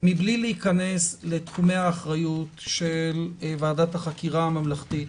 מבלי להיכנס לתחומי האחריות של ועדת החקירה הממלכתית.